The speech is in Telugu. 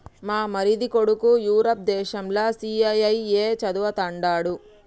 మా మరిది కొడుకు యూరప్ దేశంల సీఐఐఏ చదవతండాడు